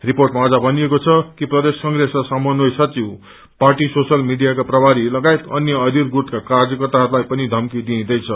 रिपोटमा अझ भनिएको छ कि प्रदेश कंप्रेसका समन्वय सचिव पार्टी सोसल मीडियाका प्रभारी लागायत अन्य अधीर गुटका कार्यकर्त्ताहरूलाई थम्की दिइदैछ